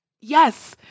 Yes